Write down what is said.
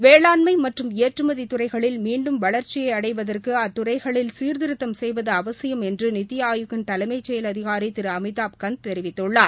வேளாண்மை மற்றும் ஏற்றுமதி துறைகளில் மீண்டும் வளர்ச்சியை அடைவதற்கு அத்துறைகளில் சீர்திருத்தம் செய்வது அவசியம் என்று நித்தி ஆயோக்கின் தலைமைச் செயல் அதிகாரி திரு அமிதாப் கந்த் தெரிவித்துள்ளார்